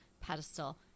pedestal